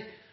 og